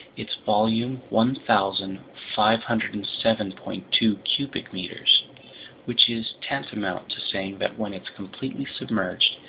its volume one thousand five hundred and seven point two cubic meters which is tantamount to saying that when it's completely submerged,